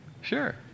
Sure